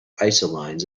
isolines